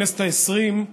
הכנסת העשרים,